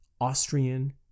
Austrian